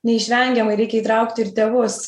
neišvengiamai reikia įtraukti ir tėvus